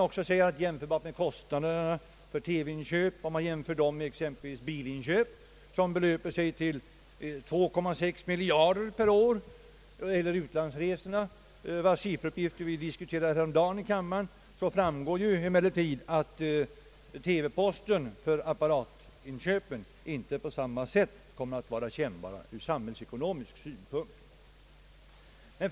Om vi jämför kostnaderna för inköp av TV-apparater med t.ex. kostnaderna för bilinköp, som belöper sig till 2,6 miljarder kronor per år, eller kostnaderna i samband med utlandsresor — som vi diskuterade häromdagen i kammaren — är det klart att kostnaderna för apparatinköp inte kommer att vara på sam ma sätt kännbara ur samhällsekonomisk synpunkt.